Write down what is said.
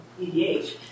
EDH